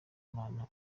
imana